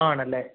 ആണല്ലേ